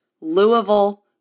Louisville